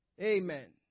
Amen